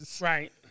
Right